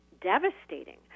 devastating